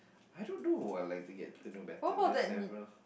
I don't know who I like to get to know better there's several